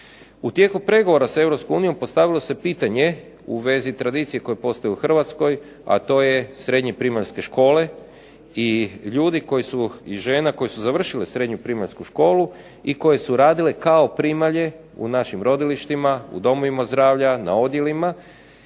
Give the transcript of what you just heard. U tijeku pregovora s Europskom unijom postavilo se pitanje u vezi tradicije koja postoji u Hrvatskoj, a to je srednje primaljske škole i ljudi i žene koji su završili srednju primaljsku školu i koje su radile kao primalje u našim rodilištima, u domovima zdravlja, na odjelima